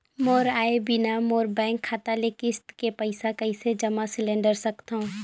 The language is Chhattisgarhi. मोर आय बिना मोर बैंक खाता ले किस्त के पईसा कइसे जमा सिलेंडर सकथव?